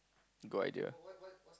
good idea